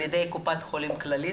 על ידי קופ"ח כללית.